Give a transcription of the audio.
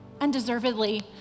undeservedly